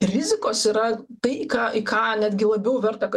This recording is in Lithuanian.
rizikos yra tai į ką į ką netgi labiau verta